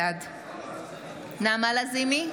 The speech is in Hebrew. בעד נעמה לזימי,